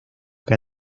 que